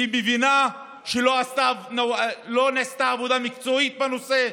כשהיא מבינה שלא נעשתה עבודה מקצועית בנושא.